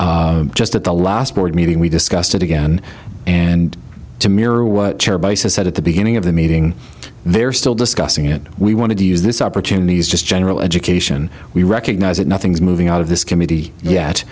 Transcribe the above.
just at the last board meeting we discussed it again and to mirror what said at the beginning of the meeting they're still discussing it we want to use this opportunity as just general education we recognise that nothing's moving out of this committee yet